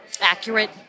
accurate